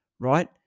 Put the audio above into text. Right